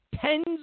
Tens